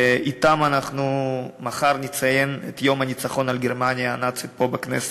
ומחר אנחנו נציין אתם את יום הניצחון על גרמניה הנאצית פה בכנסת.